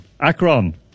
Akron